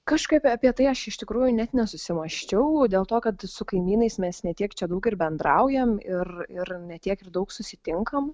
kažkaip apie tai aš iš tikrųjų net nesusimąsčiau dėl to kad su kaimynais mes ne tiek čia daug ir bendraujam ir ir ne tiek ir daug susitinkam